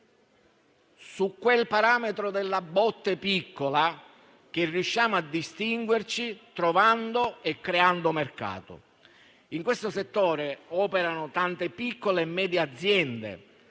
sul parametro della botte piccola, che riusciamo a distinguerci trovando e creando mercato. In questo settore operano tante piccole e medie aziende,